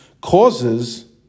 causes